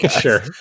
Sure